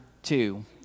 two